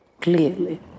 Clearly